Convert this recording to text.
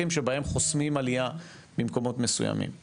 תעשו נושא לדיון ואני בשמחה רבה אני אבוא,